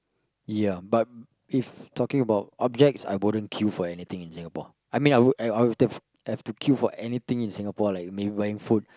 ya but if talking about objects I wouldn't queue for anything in Singapore I mean I would I would I have to queue for anything in Singapore like maybe buying food